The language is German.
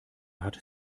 hat